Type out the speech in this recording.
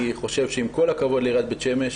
אני חושב שעם כל הכבוד לעיריית בית שמש,